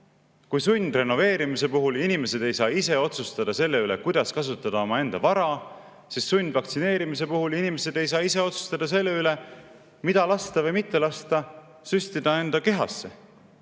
Kui sundrenoveerimise puhul inimesed ei saa ise otsustada selle üle, kuidas kasutada omaenda vara, siis sundvaktsineerimise puhul inimesed ei saa ise otsustada selle üle, mida lasta või mitte lasta süstida enda kehasse.